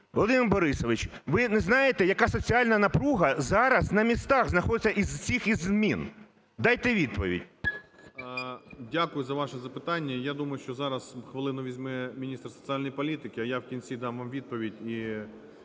Володимир Борисович, ви не знаєте, яка соціальна напруга зараз на місцях знаходиться із цих із змін? Дайте відповідь. 10:57:33 ГРОЙСМАН В.Б. Дякую за ваше запитання. Я думаю, що зараз хвилину візьме міністр соціальної політики, а я вкінці дам вам відповідь